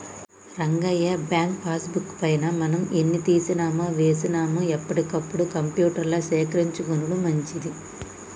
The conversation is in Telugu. రంగయ్య బ్యాంకు పాస్ బుక్ పైన మనం ఎన్ని తీసినామో వేసినాము ఎప్పటికప్పుడు కంప్యూటర్ల సేకరించుకొనుడు మంచిది